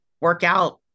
workout